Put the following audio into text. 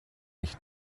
ich